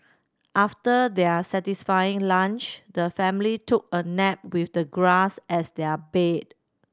after their satisfying lunch the family took a nap with the grass as their bed